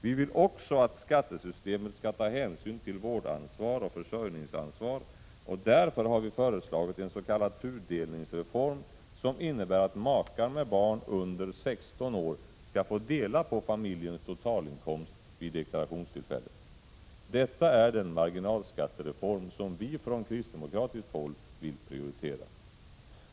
Vi vill också att skattesystemet skall ta hänsyn till vårdansvar och försörjningsansvar, och därför har vi föreslagit en s.k. tudelningsreform som innebär att makar med barn under 16 år skall dela på familjens totalinkomst vid deklarationstillfället. Detta är den marginalskattereform som vi från kristdemokratiskt håll vill prioritera.